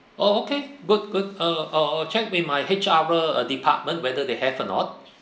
oh okay good good uh uh I check with my H_R department whether they have or not